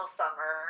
summer